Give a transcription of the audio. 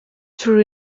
true